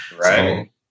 right